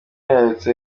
yeretse